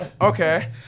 Okay